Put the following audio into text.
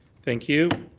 thank you.